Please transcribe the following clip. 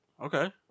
Okay